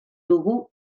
dugu